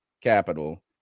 capital